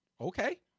okay